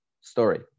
story